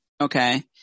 Okay